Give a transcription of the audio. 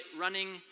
running